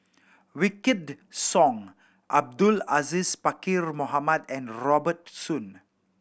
Wykidd Song Abdul Aziz Pakkeer Mohamed and Robert Soon